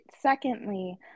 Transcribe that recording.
Secondly